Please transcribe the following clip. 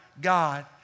God